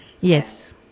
Yes